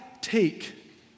take